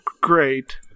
great